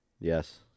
Yes